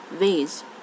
ways